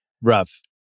rough